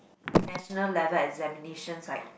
national level examinations like